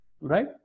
Right